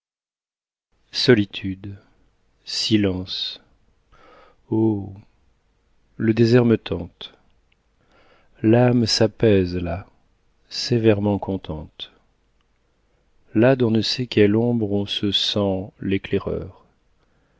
solitude silence oh le désert me tente l'âme s'apaise là sévèrement contente là d'on ne sait quelle ombre on se sent l'éclaireur